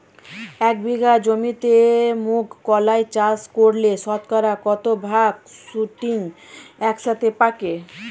এক বিঘা জমিতে মুঘ কলাই চাষ করলে শতকরা কত ভাগ শুটিং একসাথে পাকে?